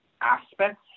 aspects